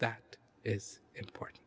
that is important